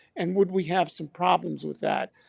and would we have some problems with that?